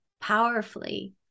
powerfully